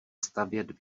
stavět